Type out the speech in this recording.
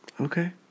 okay